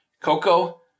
Coco